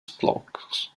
flocks